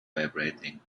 vibrating